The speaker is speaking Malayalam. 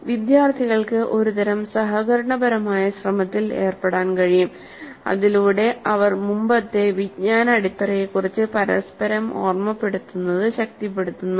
അതിനാൽ വിദ്യാർത്ഥികൾക്ക് ഒരുതരം സഹകരണപരമായ ശ്രമത്തിൽ ഏർപ്പെടാൻ കഴിയും അതിലൂടെ അവർ മുമ്പത്തെ വിജ്ഞാന അടിത്തറയെക്കുറിച്ച് പരസ്പരം ഓർമ്മപ്പെടുത്തുന്നത് ശക്തിപ്പെടുത്തുന്നു